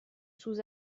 sous